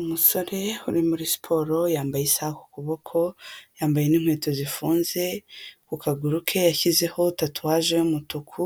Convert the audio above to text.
Umusore uri muri siporo yambaye isaha kukuboko, yambaye n'inkweto zifunze, ku kaguru ke yashyizeho tatuwaje y'umutuku,